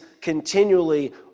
continually